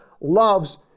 loves